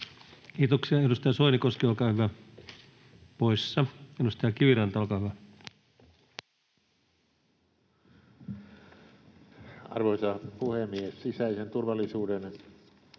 Kiitoksia. — Edustaja Soinikoski, olkaa hyvä. Poissa. — Edustaja Kiviranta, olkaa hyvä. Arvoisa puhemies! Sisäisen turvallisuuden